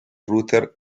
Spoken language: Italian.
router